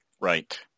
right